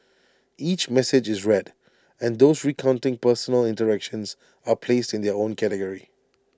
each message is read and those recounting personal interactions are placed in their own category